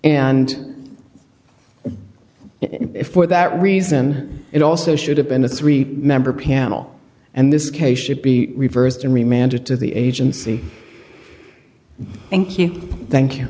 and for that reason it also should have been a three member panel and this case should be reversed and remanded to the agency thank you thank you